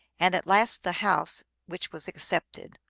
and at last the house, which was accepted.